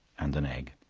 and an egg